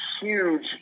huge